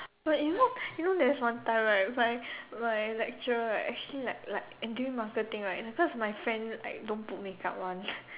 but you know you know there's one time right my my lecturer right actually like like eh during marketing right cause my friend like don't put makeup one